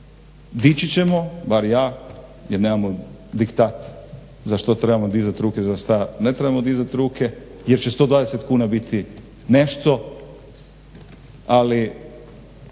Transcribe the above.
dići ćemo, bar ja jer nemamo diktat za što trebamo dizat ruke, za šta ne trebamo